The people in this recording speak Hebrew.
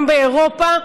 גם באירופה,